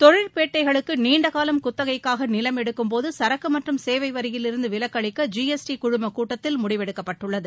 தொழிற்பேட்டைகளுக்கு நீண்டகாலம் குத்தகைக்காக நிலம் எடுக்கும்போது சரக்கு மற்றும் சேவை வரியிலிருந்து விலக்கு அளிக்க ஜி எஸ் டி குழுமக் கூட்டத்தில் முடிவெடுக்கப்பட்டுள்ளது